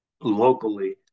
locally